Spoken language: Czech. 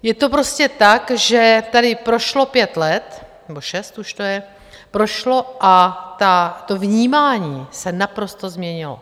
Je to prostě tak, že tady prošlo pět let, nebo šest už to je, prošlo, a to vnímání se naprosto změnilo.